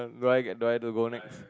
do I get do I have to go next